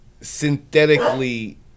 Synthetically